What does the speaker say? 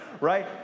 right